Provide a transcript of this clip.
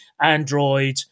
Android